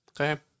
okay